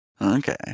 Okay